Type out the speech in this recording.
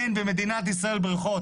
אין במדינת ישראל בריכות.